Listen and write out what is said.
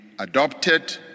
adopted